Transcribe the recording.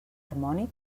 harmònic